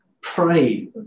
pray